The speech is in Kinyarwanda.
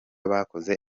bakoze